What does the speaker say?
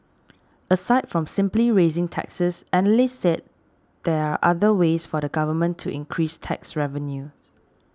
aside from simply raising taxes analysts said there are other ways for the Government to increase tax revenues